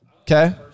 Okay